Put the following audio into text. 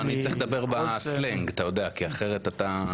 אני צריך לדבר בסלנג, כי אחרת אתה יודע.